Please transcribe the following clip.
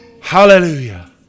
Hallelujah